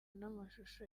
n’amashusho